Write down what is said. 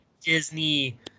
Disney